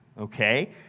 okay